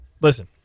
Listen